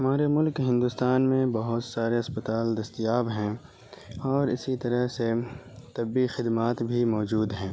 ہمارے ملک ہندوستان میں بہت سارے اسپتال دستیاب ہیں اور اسی طرح سے طبی خدمات بھی موجود ہیں